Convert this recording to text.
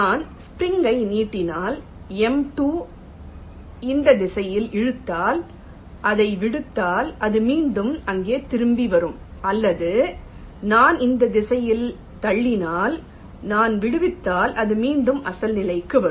நான் ஸ்ப்ரிங் யை நீட்டினால் m2 நான் இந்த திசையில் இழுத்தால் அதை விடுவித்தால் அது மீண்டும் இங்கே திரும்பி வரும் அல்லது நான் இந்த திசையில் தள்ளினால் நான் விடுவித்தால் அது மீண்டும் அசல் நிலைக்கு வரும்